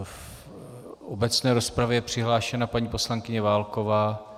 V obecné rozpravě je přihlášená paní poslankyně Válková.